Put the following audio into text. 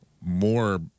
more